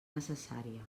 necessària